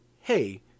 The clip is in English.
hey